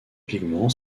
pigment